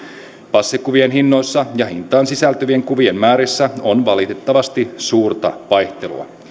passikuvien hinnoissa ja hintaan sisältyvien kuvien määrissä on valitettavasti suurta vaihtelua